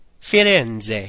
Firenze